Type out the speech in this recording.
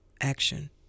action